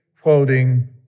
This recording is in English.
quoting